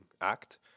act